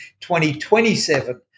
2027